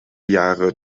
jahre